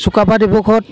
চুকাফা দিৱসত